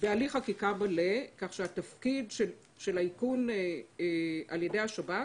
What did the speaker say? בהליך חקיקה --- כך שהתפקיד של האיכון על ידי השב"כ